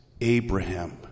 Abraham